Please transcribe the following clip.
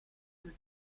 sul